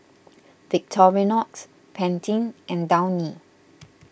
Victorinox Pantene and Downy